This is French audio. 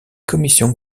commissions